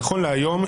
נכון להיום,